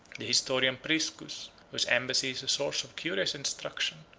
the historian priscus, whose embassy is a source of curious instruction,